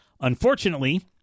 Unfortunately